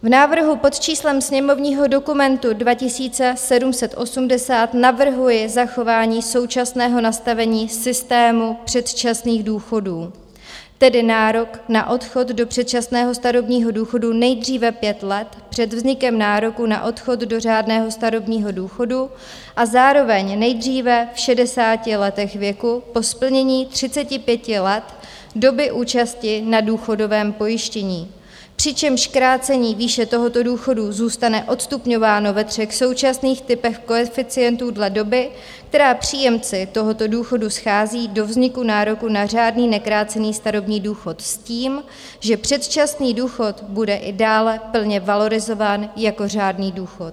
V návrhu pod číslem sněmovního dokumentu 2780 navrhuji zachování současného nastavení systému předčasných důchodů, tedy nárok na odchod do předčasného starobního důchodu nejdříve pět let před vznikem nároku na odchod do řádného starobního důchodu a zároveň nejdříve v šedesáti letech věku po splnění 35 let doby účasti na důchodovém pojištění, přičemž krácení výše tohoto důchodu zůstane odstupňováno ve třech současných typech koeficientů dle doby, která příjemci tohoto důchodu schází do vzniku nároku na řádný nekrácený starobní důchod s tím, že předčasný důchod bude i dále plně valorizován jako řádný důchod.